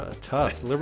tough